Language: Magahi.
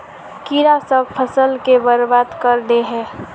कीड़ा सब फ़सल के बर्बाद कर दे है?